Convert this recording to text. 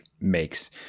makes